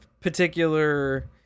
particular